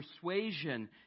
persuasion